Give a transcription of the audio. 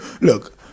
Look